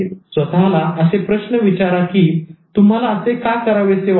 आणि स्वतःला असे प्रश्न विचारा की तुम्हाला असे का करावेसे वाटते